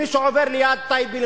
מי שעובר ליד טייבה,